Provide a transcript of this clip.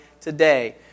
today